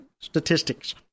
statistics